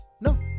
no